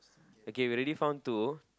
okay we already found two